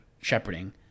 shepherding